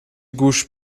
گوش